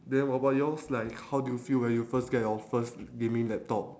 then what about yours like how do you feel when you first get your first gaming laptop